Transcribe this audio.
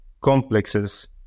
complexes